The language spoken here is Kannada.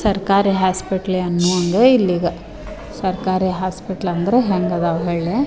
ಸರ್ಕಾರಿ ಹಾಸ್ಪೆಟ್ಲೇ ಅನ್ನುವಂಗೆ ಇಲ್ಲಿ ಈಗ ಸರ್ಕಾರಿ ಹಾಸ್ಪೆಟ್ಲ್ ಅಂದರೆ ಹೆಂಗೆ ಅದಾವೆ ಹೇಳ್ಲ